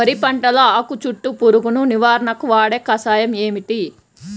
వరి పంటలో ఆకు చుట్టూ పురుగును నివారణకు వాడే కషాయం ఏమిటి?